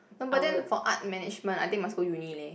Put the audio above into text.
no but then for art management I think must go uni leh